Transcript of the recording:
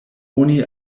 oni